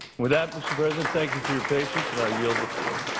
with that, mr. president, thank you for your patience and i yield the floor.